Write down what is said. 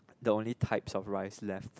the only type of rice left